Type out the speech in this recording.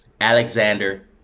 Alexander